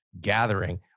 gathering